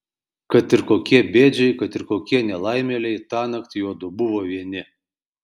kad ir kokie bėdžiai kad ir kokie nelaimėliai tąnakt juodu buvo vieni